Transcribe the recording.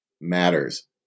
matters